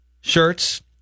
shirts